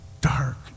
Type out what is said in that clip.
dark